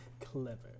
clever